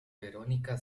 verónica